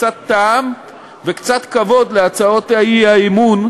קצת טעם וקצת כבוד להצעות האי-אמון,